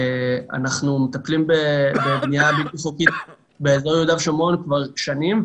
אנחנו מטפלים בבנייה בלתי חוקית באזור יהודה ושומרון כבר שנים.